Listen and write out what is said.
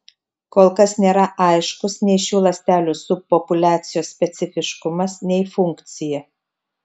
kol kas nėra aiškus nei šių ląstelių subpopuliacijos specifiškumas nei funkcija